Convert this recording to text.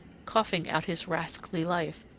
coughing out his rascally life,